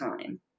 time